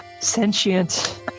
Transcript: sentient